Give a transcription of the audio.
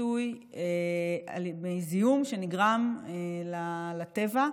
ופיצוי על זיהום שנגרם לטבע.